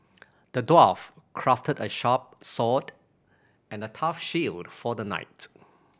the dwarf crafted a sharp and a tough shield for the knight